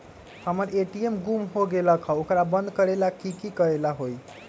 हमर ए.टी.एम गुम हो गेलक ह ओकरा बंद करेला कि कि करेला होई है?